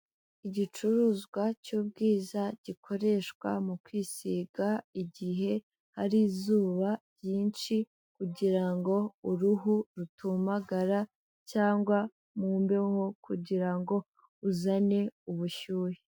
Igicuruzwa cy'ubwiza gikoreshwa mu kwisiga igihe hari izuba ryinshi kugira ngo uruhu rutumambagara cyangwa mu mbeho kugira ngo uzane ubushyuhe.